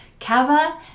Kava